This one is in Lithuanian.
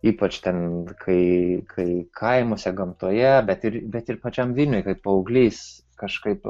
ypač ten kai kai kaimuose gamtoje bet ir bet ir pačiam vilniuje kai paauglys kažkaip